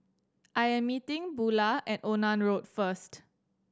I am meeting Bula at Onan Road first